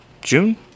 June